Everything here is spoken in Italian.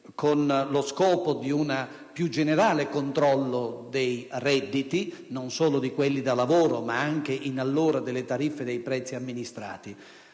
allo scopo di un più generale controllo dei redditi, non solo di quelli di lavoro, ma anche, allora, delle tariffe dei prezzi amministrati,